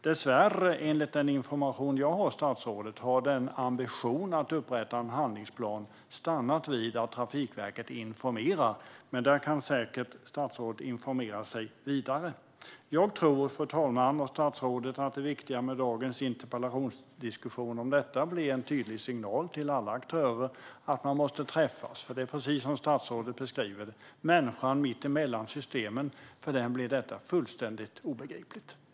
Dessvärre, enligt den information jag har, statsrådet, har ambitionen att upprätta en handlingsplan stannat vid att Trafikverket informerar. Men där kan säkert statsrådet informera sig vidare. Jag tror, fru talman och statsrådet, att det viktiga med dagens interpellationsdiskussion om detta blir en tydlig signal till alla aktörer att man måste träffas, för det är precis som statsrådet beskriver det att för människan mitt emellan systemen blir detta fullständigt obegripligt.